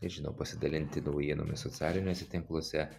nežinau pasidalinti naujienomis socialiniuose tinkluose